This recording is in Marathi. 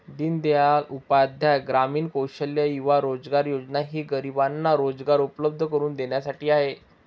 दीनदयाल उपाध्याय ग्रामीण कौशल्य युवा रोजगार योजना ही गरिबांना रोजगार उपलब्ध करून देण्यासाठी आहे